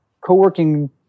co-working